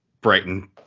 Brighton